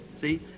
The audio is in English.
See